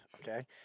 Okay